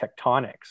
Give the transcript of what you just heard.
tectonics